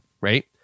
right